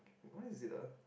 why is it ah